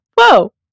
whoa